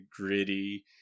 gritty